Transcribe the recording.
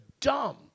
dumb